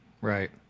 Right